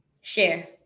share